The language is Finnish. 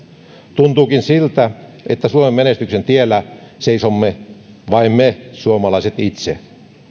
tuntuukin siltä että suomen menestyksen tiellä seisomme vain me suomalaiset itse